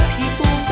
people